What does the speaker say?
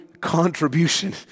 contribution